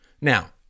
Now